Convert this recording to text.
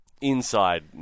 inside